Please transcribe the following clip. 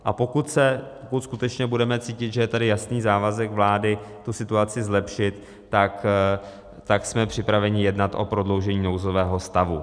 A pokud skutečně budeme cítit, že je tady jasný závazek vlády tu situaci zlepšit, tak jsme připraveni jednat o prodloužení nouzového stavu.